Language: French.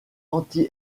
anti